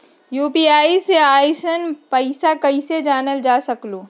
UPI से आईल पैसा कईसे जानल जा सकहु?